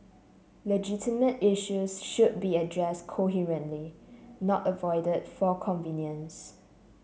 legitimate issues should be addressed coherently not avoided for convenience